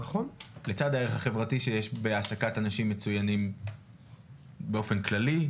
לצד הערך החברתי שיש בהעסקת אנשים מצויינים באופן כללי,